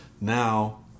now